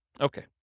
Okay